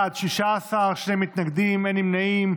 בעד, 16, שני מתנגדים, אין נמנעים.